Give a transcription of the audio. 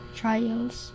trials